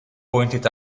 pointed